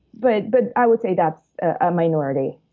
but but i would say that's a minority.